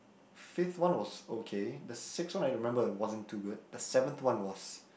fifth one was okay the sixth one I remember wasn't too good the seventh one was